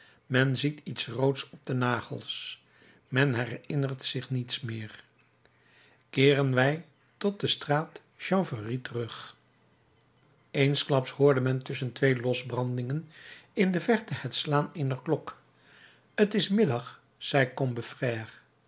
men ziet iets roods op de nagels men herinnert zich niets meer keeren wij tot de straat chanvrerie terug eensklaps hoorde men tusschen twee losbrandingen in de verte het slaan eener klok t is middag zei